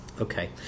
Okay